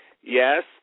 Yes